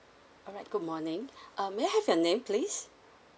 alright good morning um may I have your name please